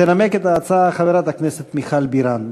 תנמק את ההצעה חברת הכנסת מיכל בירן.